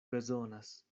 bezonas